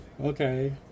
okay